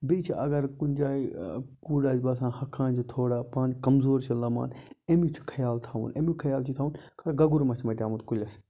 بیٚیہِ چھِ اگر کُنہِ جایہِ کٔل آسہِ باسان ہۄکھان چھ تھوڑا کَمزور چھ لَمان امیُک چھُ خَیال تھاوُن امیُک خَیال چھُ تھاوُن خَبر گَگُر ما چھُ مَتیومُت کُلِس